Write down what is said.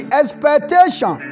expectation